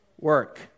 work